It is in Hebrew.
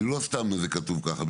כי לא סתם זה כתוב ככה,